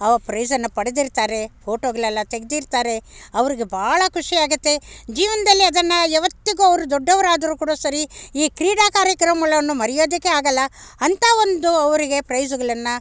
ಆ ಪ್ರೈಜನ್ನು ಪಡೆದಿರ್ತಾರೆ ಫೋಟೋಗಳೆಲ್ಲ ತೆಗೆದಿರ್ತಾರೆ ಅವ್ರಿಗೆ ಭಾಳ ಖುಷಿಯಾಗುತ್ತೆ ಜೀವನದಲ್ಲಿ ಅದನ್ನು ಅವರು ಯಾವತ್ತಿಗೂ ಅವರು ದೊಡ್ಡವರಾದರೂ ಕೂಡ ಸರಿ ಈ ಕ್ರೀಡಾ ಕಾರ್ಯಕ್ರಮಗಳನ್ನು ಮರೆಯೋದಕ್ಕೆ ಆಗಲ್ಲ ಅಂಥ ಒಂದು ಅವರಿಗೆ ಪ್ರೈಜುಗಳನ್ನು